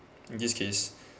this case